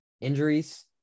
injuries